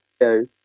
go